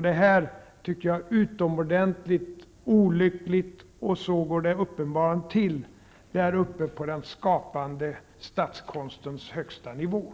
Detta tycker jag är mycket olyckligt, men så går det uppenbarligen till där uppe på den skapande statskonstens högsta nivå.